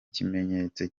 kimenyetso